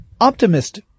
optimist